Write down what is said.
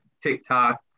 TikTok